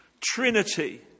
Trinity